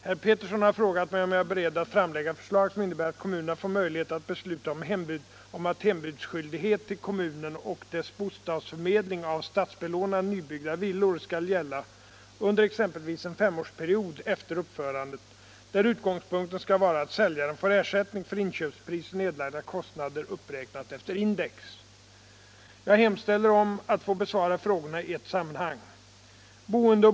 Herr Pettersson i Lund har frågat mig om jag är beredd att framlägga förslag som innebär att kommunerna får möjlighet att besluta om att hembudsskyldighet till kommunen och dess bostadsförmedling av statsbelånade nybyggda villor skall gälla under exempelvis en femårsperiod efter uppförandet, där utgångspunkten skall vara att säljaren får ersättning för inköpspris och nedlagda kostnader, uppräknat efter index. Jag hemställer om att få besvara frågorna i ett sammanhang.